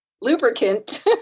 lubricant